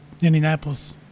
Indianapolis